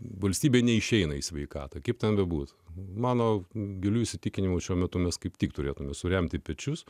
valstybė neišeina į sveikatą kaip tada bus mano giliu įsitikinimu šiuo metu mes kaip tik turėtumėme suremti pečius